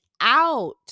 out